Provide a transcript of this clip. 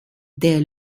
der